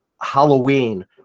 Halloween